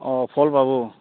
অঁ ফল পাব